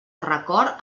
record